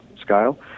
scale